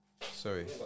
Sorry